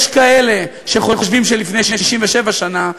יש כאלה שחושבים שלפני 67 שנה,